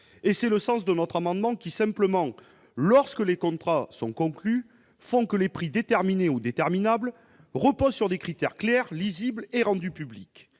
Tel est le sens de notre amendement, qui vise à garantir que, lorsque les contrats sont conclus, les prix déterminés ou déterminables reposent sur des critères clairs, lisibles et rendus publics,